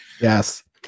Yes